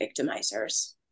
victimizers